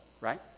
right